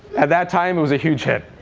at that time, it was a huge hit.